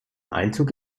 einzug